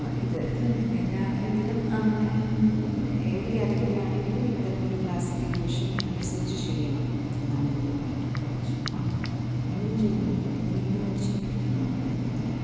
ഇത് ഇത് തന്നെ എല്ലാ ഇതിലും അങ്ങനെ ഏത് കാറ്റഗറിയാണെങ്കിലും ഇത്തരം ഒരു ക്ലാസിഫിക്കേഷൻ അനുസരിച്ച് ചെയ്യണം എന്നാണ് എനിക്ക് തോന്നിയിട്ടുള്ളത് ചുമ്മാ എന്തെങ്കിലും ചെയ്യുന്നു എന്തിനെങ്കിലും വേണ്ടി ശേഖരിക്കുന്നു എന്നതിന്